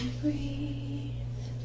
breathe